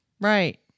Right